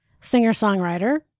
singer-songwriter